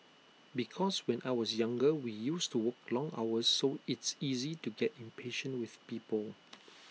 because when I was younger we used to work long hours so it's easy to get impatient with people